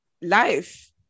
life